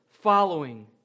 following